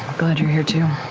glad you're here, too.